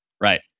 Right